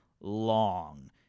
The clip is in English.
long